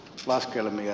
laskelmien